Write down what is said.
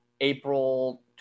April